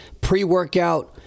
pre-workout